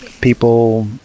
people